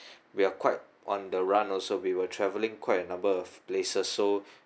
we are quite on the run also we were travelling quite a number of places so